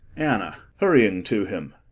anna hurrying to him.